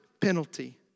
penalty